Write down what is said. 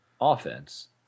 offense